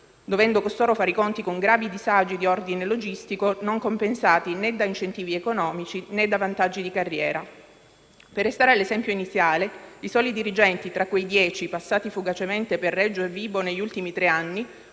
dovendo costoro fare i conti con gravi disagi di ordine logistico non compensati né da incentivi economici né da vantaggi di carriera. Per restare all'esempio iniziale, i soli dirigenti, tra quei dieci, passati fugacemente per Reggio Calabria e Vibo Valentia negli ultimi tre anni,